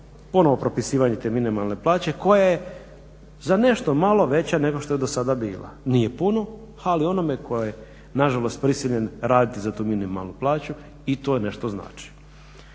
ponovno propisivanje te minimalne plaće koja je za nešto malo veća nego što je do sada bila. Nije puno ali onome koji je nažalost prisiljen raditi za tu minimalnu plaću i to nešto znači.